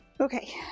Okay